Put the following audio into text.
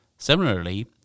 Similarly